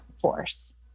force